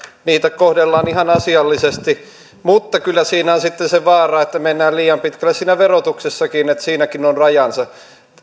niitä kohdellaan ihan asiallisesti mutta kyllä siinä on sitten se vaara että mennään liian pitkälle siinä verotuksessakin siinäkin on rajansa